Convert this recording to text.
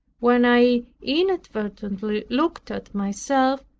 when i inadvertently looked at myself,